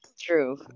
True